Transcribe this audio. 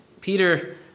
Peter